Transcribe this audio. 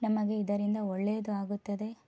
ನಮಗೆ ಇದರಿಂದ ಒಳ್ಳೆಯದಾಗುತ್ತದೆ